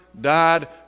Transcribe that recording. died